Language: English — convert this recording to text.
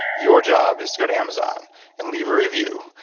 your job is to go to amazon and leave a review.